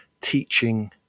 teaching